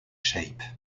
shape